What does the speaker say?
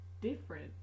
different